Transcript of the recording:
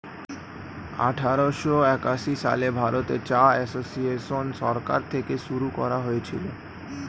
আঠারোশো একাশি সালে ভারতে চা এসোসিয়েসন সরকার থেকে শুরু করা হয়েছিল